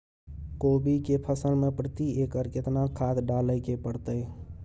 कोबी के फसल मे प्रति एकर केतना खाद डालय के परतय?